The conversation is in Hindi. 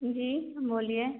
जी बोलिए